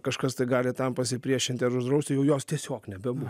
kažkas tai gali tam pasipriešinti ar uždrausti jau jos tiesiog nebebu